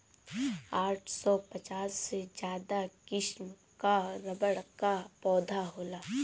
आठ सौ पचास से ज्यादा किसिम कअ रबड़ कअ पौधा होला